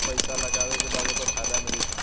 पइसा लगावे के बाद ओकर फायदा मिली